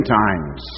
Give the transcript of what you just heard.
times